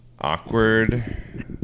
awkward